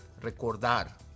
recordar